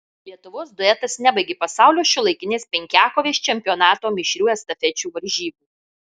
lietuvos duetas nebaigė pasaulio šiuolaikinės penkiakovės čempionato mišrių estafečių varžybų